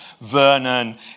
Vernon